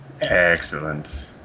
Excellent